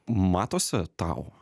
matosi tau